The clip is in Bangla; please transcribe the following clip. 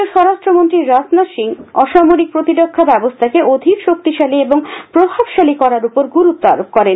কেন্দ্রীয় স্বরাষ্ট্রমন্ত্রী রাজনাথ সিং অসামরিক প্রতিরক্ষা ব্যবস্থাকে অধিক শক্তিশালী এবং প্রভাবশালী করার উপর গুরুত্ব আরোপ করেন